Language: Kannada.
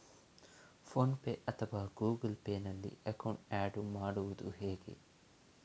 ಫೋನ್ ಪೇ ಅಥವಾ ಗೂಗಲ್ ಪೇ ನಲ್ಲಿ ಅಕೌಂಟ್ ಆಡ್ ಮಾಡುವುದು ಹೇಗೆ?